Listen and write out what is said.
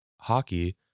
hockey